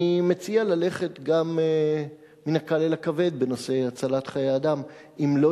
אני מציע ללכת מן הקל אל הכבד גם בנושא הצלת חיי אדם: אם לא